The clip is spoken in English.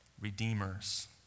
Redeemers